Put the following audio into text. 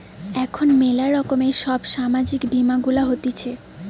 এখন ম্যালা রকমের সব সামাজিক বীমা গুলা হতিছে